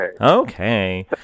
okay